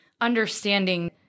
understanding